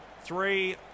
Three